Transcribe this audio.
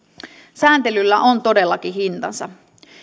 sääntelyllä on todellakin hintansa